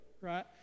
right